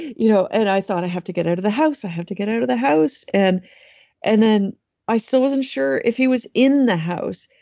you know and i thought, i have to get out of the house. i have to get out of the house. and and then i still wasn't sure if he was in the house.